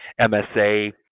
msa